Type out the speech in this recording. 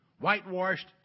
whitewashed